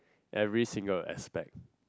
every single aspect